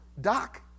doc